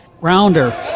rounder